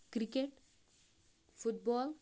cricket foot ball